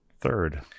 third